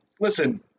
listen